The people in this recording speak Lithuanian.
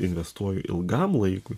investuoju ilgam laikui